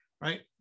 right